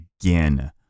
again